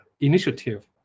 initiative